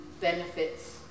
benefits